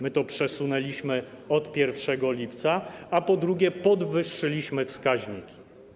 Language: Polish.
My to przesunęliśmy od 1 lipca, a po drugie, podwyższyliśmy wskaźniki.